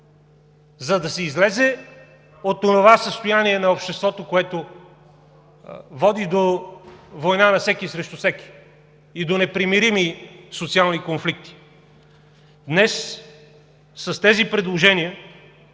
за да се излезе от онова състояние на обществото, което води до война на всеки срещу всеки, и до непримирими социални конфликти. Днес с тези предложения